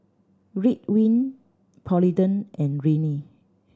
Ridwind Polident and Rene